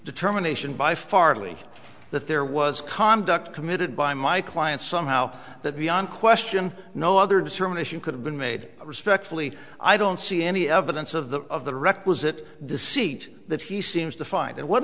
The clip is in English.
determination by farley that there was conduct committed by my client somehow that beyond question no other determination could have been made respectfully i don't see any evidence of the of the requisite deceit that he seems to find